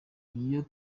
iyo